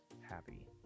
happy